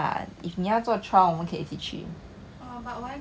ya but when you go A_B_C they already portion everything for you